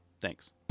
Thanks